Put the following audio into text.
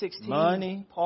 money